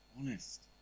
honest